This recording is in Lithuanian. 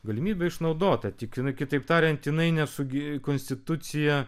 galimybė išnaudota tik jinai kitaip tariant jinai nesugi konstitucija